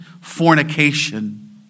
fornication